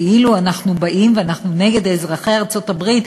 כאילו אנחנו באים ואנחנו נגד אזרחי ארצות-הברית,